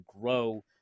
grow